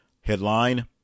Headline